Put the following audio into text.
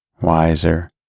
wiser